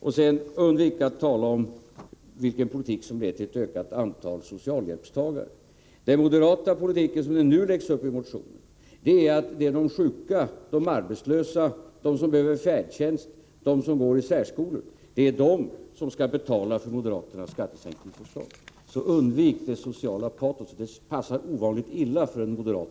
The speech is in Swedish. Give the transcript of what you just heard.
Undvik, Bo Lundgren, att tala om vilken politik som leder till ett ökat antal socialhjälpstagare! Såsom den moderata politiken nu läggs upp i den ekonomisk-politiska motionen blir det de sjuka, de arbetslösa, de som behöver färdtjänst, de som går i särskolor som får betala moderaternas skattesänkningsförslag. Undvik därför det sociala patoset! Det passar i dessa dagar ovanligt illa för en moderat.